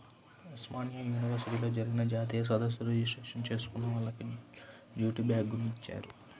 ఉస్మానియా యూనివర్సిటీలో జరిగిన జాతీయ సదస్సు రిజిస్ట్రేషన్ చేసుకున్న వాళ్లకి జూటు బ్యాగుని ఇచ్చారు